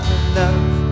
enough